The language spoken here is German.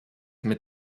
mit